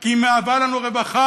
כי היא מהווה לנו רווחה,